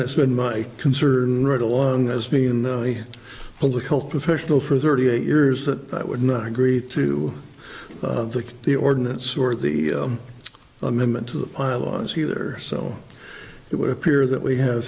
that's been my concern right along as being in the public health professional for thirty eight years that i would not agree to the ordinance or the amendment to the pilot was he there so it would appear that we have